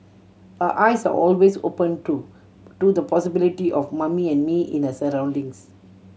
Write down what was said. her eyes are always open too to the possibility of Mummy and Me in the surroundings